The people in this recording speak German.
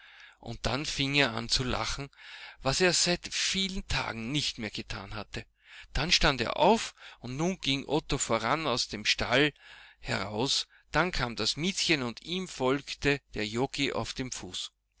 und dann fing er an zu lachen was er seit vielen tagen nicht mehr getan hatte dann stand er auf und nun ging otto voran aus dem stall heraus dann kam das miezchen und ihm folgte der joggi auf dem fuß